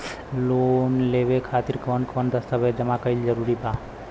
Loan लेवे खातिर कवन कवन दस्तावेज जमा कइल जरूरी बा?